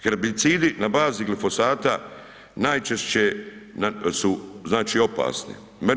Herbicidi na bazi glifosata najčešće su znači opasni.